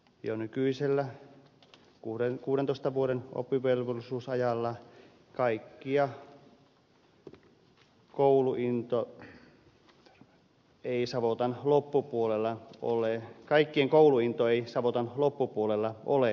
jo nykyisellä oppivelvollisuusajalla kaikkien kouluinto ei savotan loppupuolella kuolleen kaikkiin kouluihin tai ksavotan loppupuolella ole kaksinen